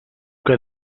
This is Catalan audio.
que